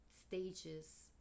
stages